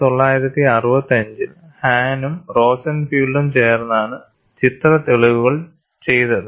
1965 ൽ ഹാനും റോസെൻഫീൽഡും ചേർന്നാണ് ചിത്ര തെളിവുകൾ ചെയ്തത്